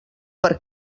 per